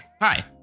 Hi